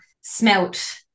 smelt